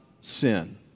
sin